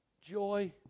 joy